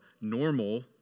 normal